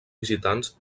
visitants